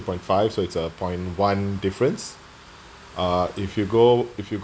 point five so it's a point one difference uh if you go if you